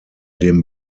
dem